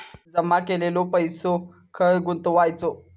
जमा केलेलो पैसो खय गुंतवायचो?